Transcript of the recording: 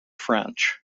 french